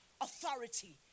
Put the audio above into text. authority